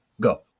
go